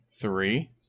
three